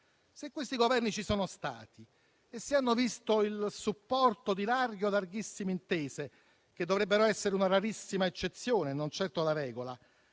se questi Governi ci sono stati e se hanno visto il supporto di larghe o larghissime intese, che dovrebbero essere una rarissima eccezione e non certo la regola,